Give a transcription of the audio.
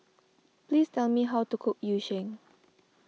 please tell me how to cook Yu Sheng